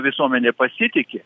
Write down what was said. visuomenė pasitiki